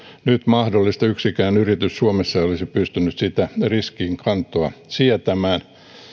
nyt mahdollista yksikään yritys suomessa ei olisi pystynyt sitä riskinkantoa sietämään